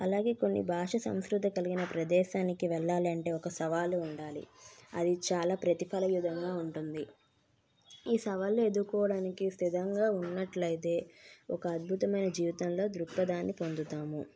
అలాగే కొన్ని భాష సంస్కృత కలిగిన ప్రదేశానికి వెళ్ళాలంటే ఒక సవాలు ఉండాలి అది చాలా ప్రతిఫల విధంగా ఉంటుంది ఈ సవాళ్ళు ఎదుర్కోవడానికి స్థిరంగా ఉన్నట్లయితే ఒక అద్భుతమైన జీవితంలో దృక్పథాన్ని పొందుతాము